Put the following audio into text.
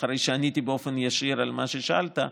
אחרי שעניתי באופן ישיר על מה ששאלת,